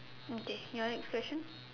okay your next question